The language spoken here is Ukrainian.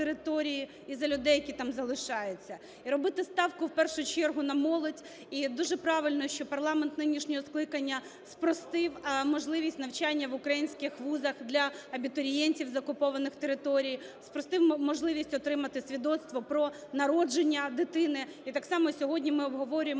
і за людей, які там залишаються. І робити ставку в першу чергу на молодь. І дуже правильно, що парламент нинішнього скликання спростив можливість навчання в українських вузах для абітурієнтів з окупованих територій, спростив можливість отримати свідоцтво про народження дитини і так само сьогодні ми обговорюємо